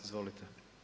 Izvolite.